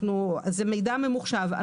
זה מידע ממוחשב.